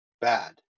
bad